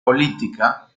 política